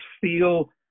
feel